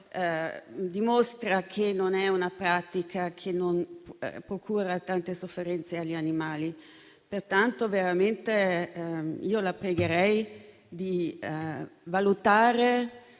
dimostra che non è una pratica che non procura tante sofferenze agli animali. La pregherei di valutare